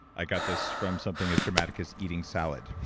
i got this from something as dramatic as eating salad.